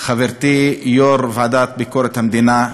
חברתי יו"ר ועדת ביקורת המדינה,